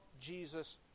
Jesus